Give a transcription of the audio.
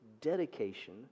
dedication